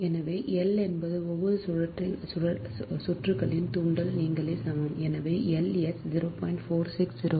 எனவே L என்பது ஒவ்வொரு சுற்றுகளின் தூண்டல் நீங்களே சமம் எனவே L s 0